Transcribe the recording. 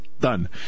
done